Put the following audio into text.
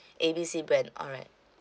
A B C brand alright